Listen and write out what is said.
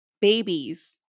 babies